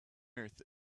earth